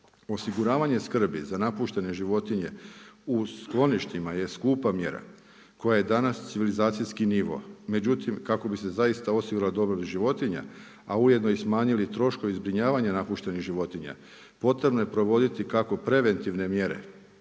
Osiguravanje skrbi za napuštene životinje u skloništima je skupa mjera, koja je danas civilizacijski nivo. Međutim, kako bi se zaista osiguralo dobrobit životinja, a ujedinio smanjili troškovi zbrinjavanja napuštenih životinja, potrebno je provoditi kako preventivne mjere